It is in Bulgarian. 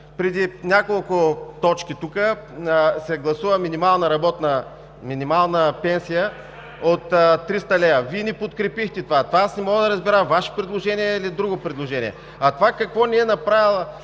Преди няколко точки тук се гласува минимална пенсия от 300 лв. Вие не подкрепихте това. Аз не мога да разбера Ваше предложение ли е или друго предложение? А това какво не е направила